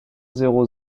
zéro